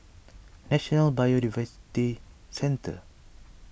National Biodiversity Centre